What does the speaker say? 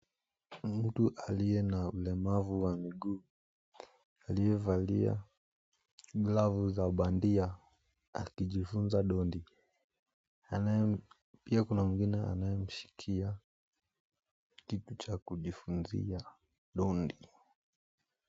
Mtu aliye na ulemavu wa miguu aliyevalia glavu za bandia akijifunza dondi. Anayem pia kuna mwingine anayemshikia, kitu cha kujifunzia dondi.